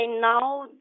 now